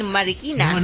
Marikina